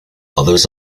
others